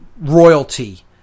royalty